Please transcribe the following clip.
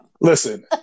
Listen